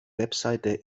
webseite